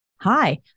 Hi